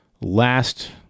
last